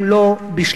הם לא בשליטה.